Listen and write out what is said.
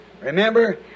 remember